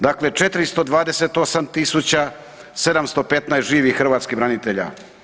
Dakle, 428715 živih hrvatskih branitelja.